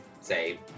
say